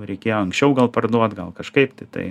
reikėjo anksčiau gal parduot gal kažkaip tai tai